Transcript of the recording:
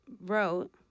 wrote